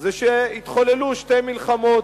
זה שהתחוללו שתי מלחמות,